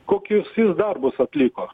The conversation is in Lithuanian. kokius jis darbus atliko